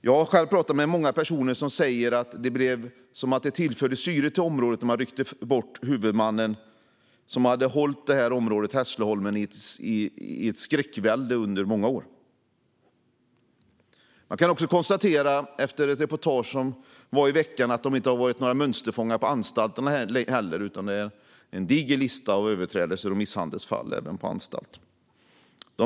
Jag har själv pratat med många personer som säger att det var som att syre tillfördes till området när den huvudman som i många år hade upprätthållit ett skräckvälde i Hässleholmen rycktes bort. Man kan också, efter ett reportage i veckan, konstatera att de inte heller har varit några mönsterfångar på anstalten, utan listan över överträdelser och misshandelsfall även på anstalten är diger.